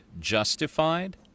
Justified